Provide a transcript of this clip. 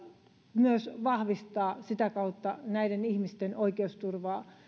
myös vahvistaa sitä kautta näiden ihmisten oikeusturvaa